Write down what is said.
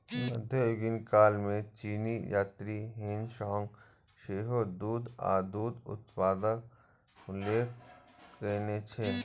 मध्ययुगीन काल मे चीनी यात्री ह्वेन सांग सेहो दूध आ दूध उत्पादक उल्लेख कयने छै